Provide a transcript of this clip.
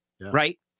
right